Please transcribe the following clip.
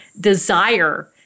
desire